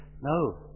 No